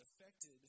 affected